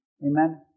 Amen